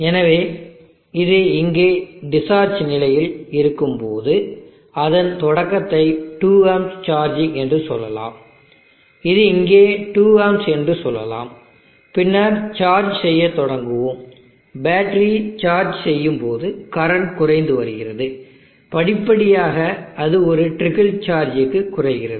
எனவே இது இங்கே டிஸ்சார்ஜ் நிலையில் இருக்கும்போது அதன் தொடக்கத்தை 2 ஆம்ப்ஸ் சார்ஜிங் என்று சொல்லலாம் இது இங்கே 2 ஆம்ப்ஸ் என்று சொல்லலாம் பின்னர் சார்ஜ் செய்யத் தொடங்குவோம் பேட்டரி சார்ஜ் செய்யும்போது கரண்ட் குறைந்து வருகிறது படிப்படியாக அது ஒரு ட்ரிக்கிள் சார்ஜிக்கு குறைகிறது